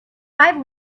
five